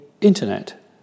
internet